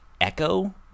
Echo